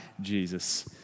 Jesus